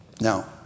Now